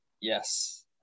yes